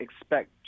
expect